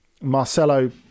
Marcelo